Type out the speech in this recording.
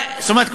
זאת אומרת,